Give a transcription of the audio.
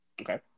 Okay